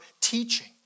teaching